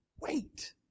Wait